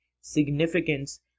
significance